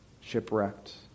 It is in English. shipwrecked